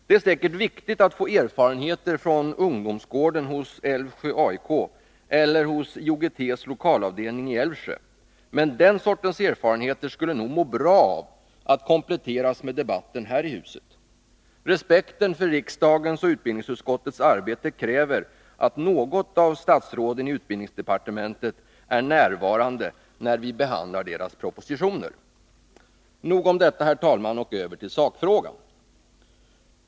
Det är säkert viktigt att få erfarenhet ifrån ungdomsgården hos Älvsjö ATK eller från IOGT:s lokalavdelning i Älvsjö, men den sortens erfarenheter skulle nog må bra av att kompletteras med debatter här i huset. Respekten för riksdagens och utbildningsutskottets arbete kräver att något av statsråden i utbildningsdepartementet är närvarande när vi behandlar deras propositioner. Nog om detta, herr talman, och över till sakfrågan.